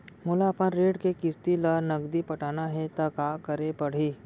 मोला अपन ऋण के किसती ला नगदी पटाना हे ता का करे पड़ही?